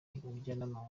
umujyanama